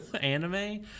anime